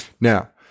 Now